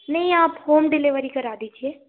नहीं आप home delivery करा दीजिए